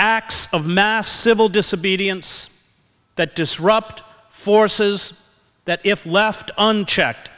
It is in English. acts of mass civil disobedience that disrupt forces that if left unchecked